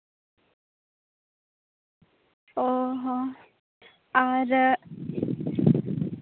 ᱚᱻ ᱦᱚᱸ ᱟᱨ